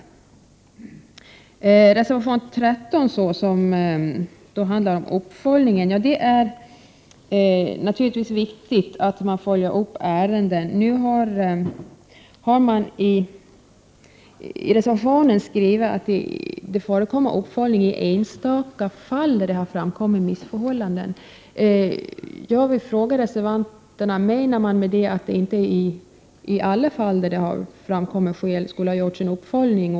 Reservation 13 handlar om uppföljning av regeringsbeslut. Det är naturligtvis viktigt att ärendena följs upp. Det sägs i reservationen att det förekommer uppföljning i enstaka fall där missförhållanden har framkommit. Menar reservanterna att det inte i alla fall där missförhållanden har framkommit har gjorts en uppföljning?